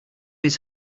his